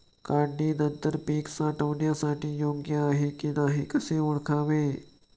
काढणी नंतर पीक साठवणीसाठी योग्य आहे की नाही कसे ओळखावे?